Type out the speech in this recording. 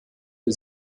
für